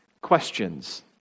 questions